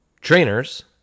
trainers